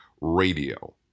radio